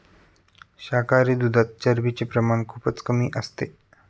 शाकाहारी दुधात चरबीचे प्रमाण खूपच कमी असते